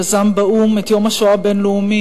יזם באו"ם את יום השנה הבין-לאומי,